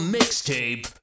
Mixtape